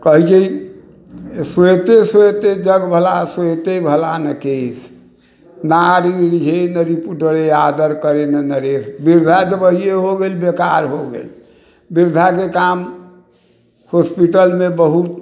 कहै छै स्वेते स्वेते जग भला स्वेते भला ना केस नारी हे नरी पूटरे आदर करे ना नरेश वृद्धा जभिये हो गेल बेकार हो गेल वृद्धा के काम हॉस्पिटल मे बहुत